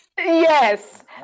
Yes